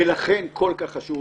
ולכן כל כך חשוב